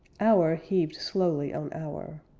hour heaved slowly on hour,